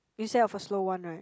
instead of a slow one right